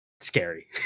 scary